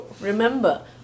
Remember